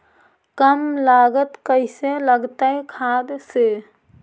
कम लागत कैसे लगतय खाद से?